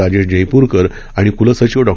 राजेश जयप्रकर आणि क्लसचिव डॉ